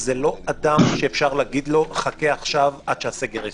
זה לא אדם שאפשר להגיד לו: חכה עכשיו עד שהסגר יסתיים.